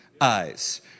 eyes